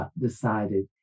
decided